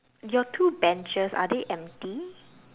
your two benches are they empty